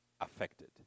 affected